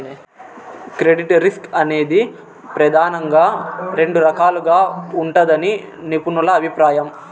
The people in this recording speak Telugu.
క్రెడిట్ రిస్క్ అనేది ప్రెదానంగా రెండు రకాలుగా ఉంటదని నిపుణుల అభిప్రాయం